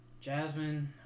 Jasmine